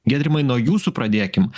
giedrimai nuo jūsų pradėkim